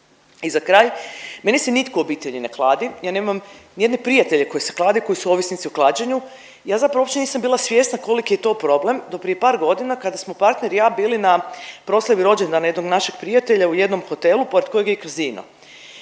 I za kraj meni se nitko u obitelji ne kladi, ja nema ni jedne prijatelje koji se klade koji su ovisnici o klađenju. Ja zapravo uopće nisam bila svjesna koliki je to problem do prije par godina kada smo partner i ja bili na proslavi rođendana jednog našeg prijatelja u jednom hotelu pored kojeg je i kasino